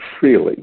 freely